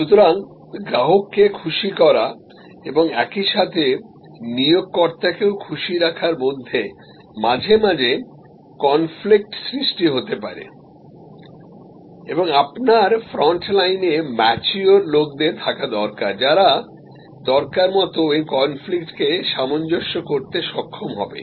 সুতরাং গ্রাহককে খুশি করা এবং একই সাথে নিয়োগকর্তাকেও খুশি রাখার মধ্যে মাঝে মাঝে কনফ্লিক্ট সৃষ্টি হতে পারে এবং আপনার ফ্রন্টলাইনে ম্যাচিওর লোকদের থাকা দরকার যারা দরকার মতএই কনফ্লিক্টকে সামঞ্জস্য করতে সক্ষম হবে